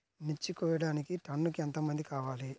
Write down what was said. మిర్చి కోయడానికి టన్నుకి ఎంత మంది కావాలి?